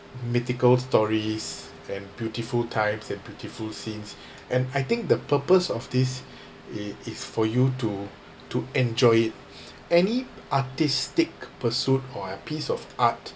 mythical stories and beautiful times and beautiful scenes and I think the purpose of this is is for you to to enjoy it any artistic pursuit or a piece of art